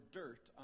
dirt